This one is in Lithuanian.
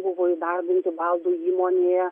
buvo įdarbinti baldų įmonėje